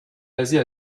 basée